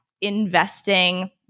investing